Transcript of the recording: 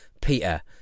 Peter